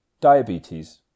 Diabetes